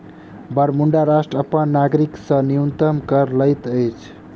Bermuda राष्ट्र अपन नागरिक से न्यूनतम कर लैत अछि